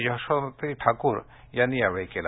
यशोमती ठाकूर यांनी यावेळी केलं